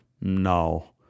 No